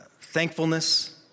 thankfulness